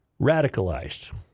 radicalized